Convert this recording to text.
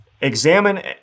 examine